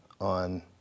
on